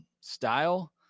style